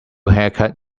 haircut